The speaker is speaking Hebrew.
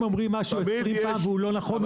אם אומרים משהו עשרים והוא לא נכון,